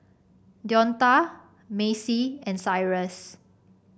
Deonta Macy and Cyrus